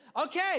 Okay